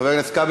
אם כך,